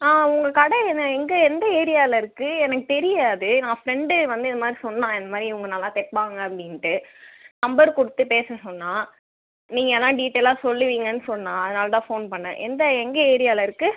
உங்கள் கடை எது எங்கே எந்த ஏரியாவில் இருக்குது எனக்கு தெரியாது நான் ஃப்ரெண்டு வந்து இதுமாதிரி சொன்னான் இந்தமாதிரி இவங்க நல்லா தைப்பாங்க அப்படின்ட்டு நம்பர் கொடுத்து பேச சொன்னான் நீங்கள் அதெல்லாம் டீடெயிலாக சொல்லுவிங்கனு சொன்னான் அதனாலதான் ஃபோன் பண்ணேண் எந்த எங்கள் ஏரியாலருக்குது